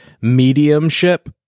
Mediumship